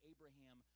Abraham